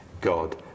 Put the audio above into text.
God